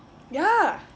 ya